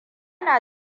na